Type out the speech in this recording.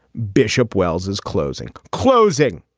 bishop wells is closing, closing,